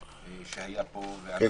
ואנחנו רוצים לדבר.